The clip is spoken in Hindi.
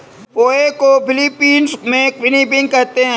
पोहे को फ़िलीपीन्स में पिनीपिग कहते हैं